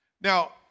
Now